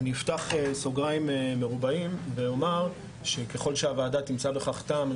אפתח סוגריים מרובעים ואומר שככל שהוועדה תמצא בכך טעם,